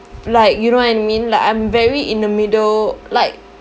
like you know what I mean like I'm very in the middle like